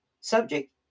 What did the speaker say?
Subject